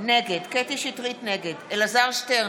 נגד אלעזר שטרן,